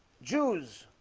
jews